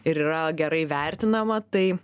ir yra gerai vertinama tai